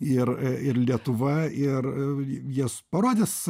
ir ir lietuva ir jas parodys